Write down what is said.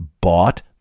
bought